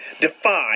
Defy